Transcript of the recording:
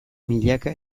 milaka